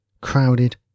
crowded